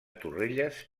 torrelles